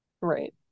right